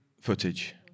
footage